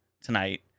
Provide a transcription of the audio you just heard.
tonight